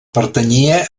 pertanyia